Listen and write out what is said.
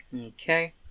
Okay